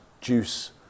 juice